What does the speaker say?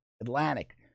Atlantic